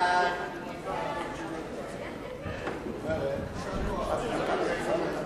סעיפים 1